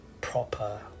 proper